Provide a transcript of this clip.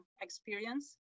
experience